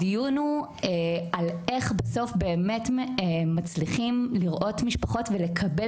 הדיון הוא על איך בסוף באמת מצליחים לראות משפחות ולקבל